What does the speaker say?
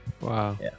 Wow